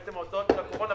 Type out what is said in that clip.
שבעצם הוצאות הקורונה,